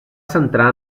centrar